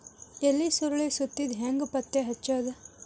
ಎಲಿ ಸುರಳಿ ಸುತ್ತಿದ್ ಹೆಂಗ್ ಪತ್ತೆ ಹಚ್ಚದ?